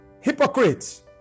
hypocrites